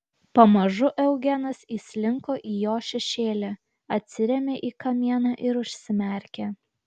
pamažu eugenas įslinko į jo šešėlį atsirėmė į kamieną ir užsimerkė